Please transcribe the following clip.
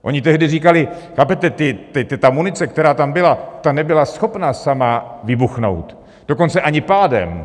Oni tehdy říkali chápete: Ta munice, která tam byla, ta nebyla schopna sama vybuchnout, dokonce ani pádem.